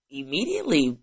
immediately